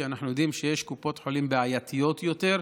אנחנו יודעים שיש קופות חולים בעייתיות יותר,